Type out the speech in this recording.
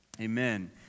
Amen